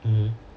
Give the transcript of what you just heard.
mmhmm